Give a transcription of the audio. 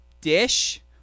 dish